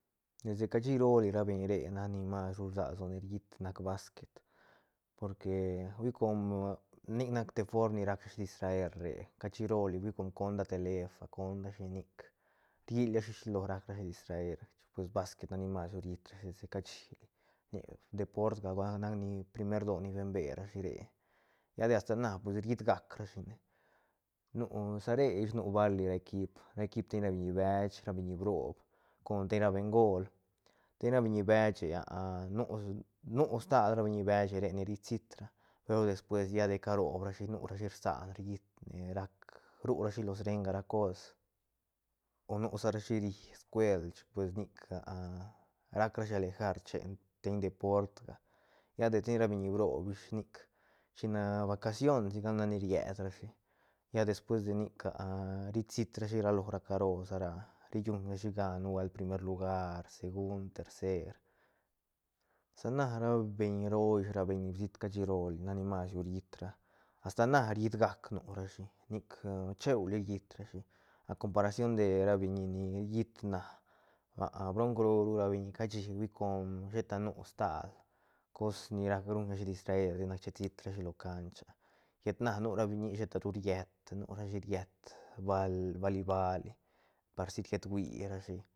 Desde cashirooli rabeñ re nac ni mas ru rsag lsone riit nac basquet porque hui com nic nac te form ni rac rashi distrer re cashi rooli hui com conda telef conda shinic rilrashi shilo rac rashi distraer chic pues basquet nas ni mas ru riit rashi desde cashili nic deportga ba nacni primerdo ni bemberashi re lla de asta na pues riitgac rashine nu sa re ish nu bali equip equip steñ ra biñi bech ra biñi broob con teñ ra bengol teñra biñi beche nu- nu stal ra biñi beche re ni ri sitsa peru despues lla de carob rashi nurashi rsan riitne rac ru rashi lo srenga ra cos o nu sa ra shi ri scuel chic pues nic rac ra shi alegar chen ten deportga lla de steñ ra biñi broob ish nic china vacacion siga nac ni rllet rashi lla depues de nic risiit rashi ra lo ra caro sa ra riguñ rashi gan nubuelt primer lugar, segund, tercer sa na ra beñ roo ish ra beñ ni bisiit cashirooli nac ni mas ru riit ra asta na riit gac nu rashi nic cheuli riit rashi acomparación de ra biñi ni riit na bronc roo ru ra biñi cashi com sheta nu stal cos ni nac ruñrashi distraer chisit rashi lo canch llet na nura biñi sheta ru riet nurashi riet bali bali par si riet huirashi